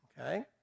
Okay